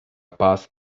paz